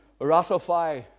ratify